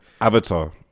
Avatar